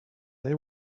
they